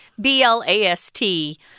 B-L-A-S-T